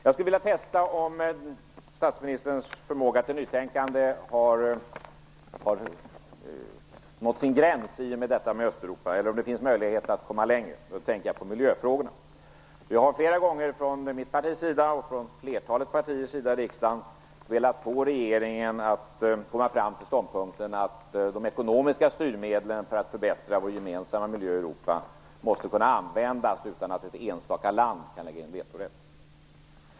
Jag skulle vilja testa om statsministerns förmåga till nytänkande har nått sin gräns i och med uttalandena om Östeuropa eller om det finns möjlighet att komma längre. Då tänker jag på miljöfrågorna. Vi har flera gånger från mitt partis sida och från flertalet partiers sida i riksdagen velat få regeringen att komma fram till ståndpunkten att de ekonomiska styrmedlen för att förbättra vår gemensamma miljö i Europa måste kunna användas utan att ett enstaka land kan lägga in vetorätt.